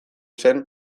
zen